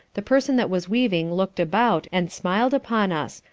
the person that was weaving look'd about, and smiled upon us,